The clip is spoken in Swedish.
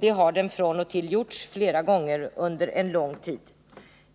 Det har den gjorts från och till under lång tid.